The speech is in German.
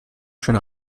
schon